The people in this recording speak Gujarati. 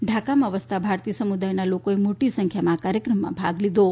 ઢાકામાં વસતાં ભારતીય સમુદાયના લોકોએ મોટી સંખ્યામાં આ કાર્યક્રમમાં ભાગ લીધો હતો